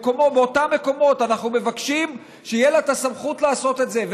באותם מקומות אנחנו מבקשים שתהיה לה הסמכות לעשות את זה,